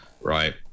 Right